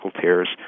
tears